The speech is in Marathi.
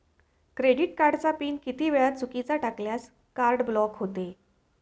क्रेडिट कार्डचा पिन किती वेळा चुकीचा टाकल्यास कार्ड ब्लॉक होते?